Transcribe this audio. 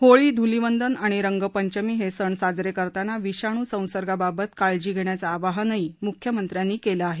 होळी ध्लिवंदन आणि रंगपंचमी हे सण साजरे करताना विषाणू संसर्गाबाबत काळजी घेण्याचं आवाहनही म्ख्यमंत्र्यांनी केलं आहे